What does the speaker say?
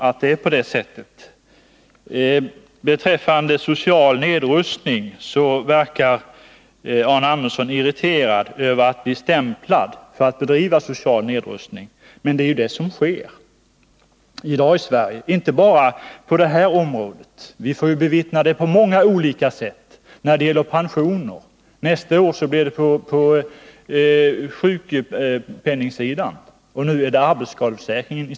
Arne Andersson verkar irriterad över att vi stämplar förslaget som social nedrustning, men det är ändock detta som förekommer i Sverige i dag. Det gäller inte bara på det nu aktuella området, utan vi får bevittna det på många olika sätt. Det gäller bl.a. beträffande pensioner. Nästa år blir det på sjukpenningsidan. Nu är det som bekant arbetsskadeförsäkringens tur.